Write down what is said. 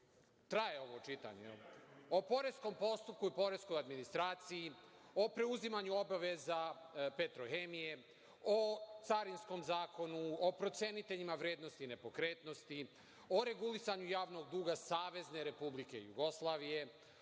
Traje ovo čitanje, jel? O poreskom postupku i poreskoj administraciji, o preuzimanju obaveza Petrohemije, o Carinskom zakonu, o proceniteljima vrednosti nepokretnosti, o regulisanju javnog duga SFRJ, o regulisanju